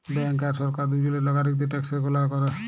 bank আর সরকার দুজলই লাগরিকদের ট্যাকসের গললা ক্যরে